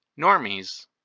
normies